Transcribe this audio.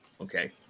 Okay